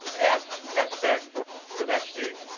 aspect aspect for for that student.